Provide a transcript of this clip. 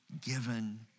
given